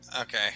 Okay